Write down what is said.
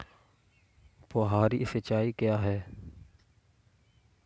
फुहारी सिंचाई क्या है?